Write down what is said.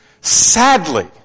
sadly